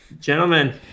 Gentlemen